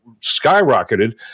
skyrocketed